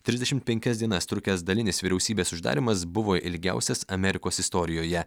trisdešim penkias dienas trukęs dalinis vyriausybės uždarymas buvo ilgiausias amerikos istorijoje